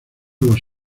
los